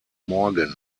morgen